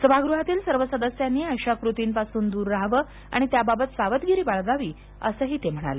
सभागृहातील सर्व सदस्यांनी अशा कृतींपासून दूर राहवे आणि त्याबाबत सावधगिरी बाळगावी असंही ते म्हणाले